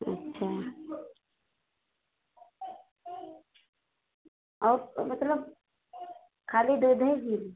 अच्छा और मतलब ख़ाली दूध ही गिरी